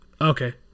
Okay